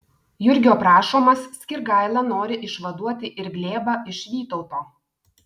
jurgio prašomas skirgaila nori išvaduoti ir glėbą iš vytauto